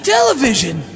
Television